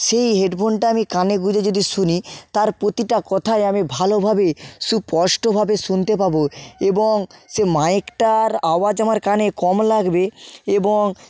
সেই হেডফোনটা আমি কাজে গুঁজে যদি শুনি তার প্রতিটা কথাই আমি ভালোভাবে সুপষ্টভাবে শুনতে পাব এবং সে মাইকটার আওয়াজ আমার কানে কম লাগবে এবং